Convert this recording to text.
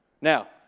Now